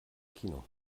kino